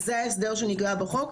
זה ההסדר שנגלה בחוק,